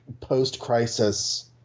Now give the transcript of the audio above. post-crisis